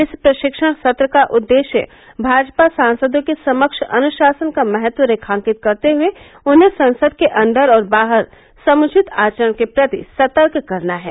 इस प्रशिक्षण सत्र का उद्देश्य भाजपा सांसदों के समक्ष अनुशासन का महत्व रेखांकित करते हुए उन्हें संसद के अंदर और बाहर समुचित आचरण के प्रति सतर्क करना है